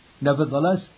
Nevertheless